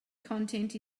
content